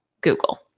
Google